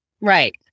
Right